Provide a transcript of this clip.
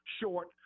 short